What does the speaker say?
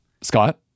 Scott